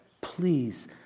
please